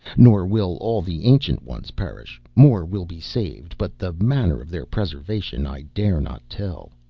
nor will all the ancient ones perish more will be saved, but the manner of their preservation i dare not tell.